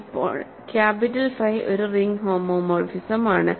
ഇപ്പോൾ capital phi ഒരു ring ഹോമോമോർഫിസമാണ്